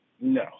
no